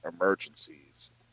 emergencies